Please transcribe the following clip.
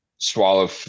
Swallow